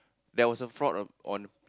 there was a fraud on on